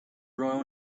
royal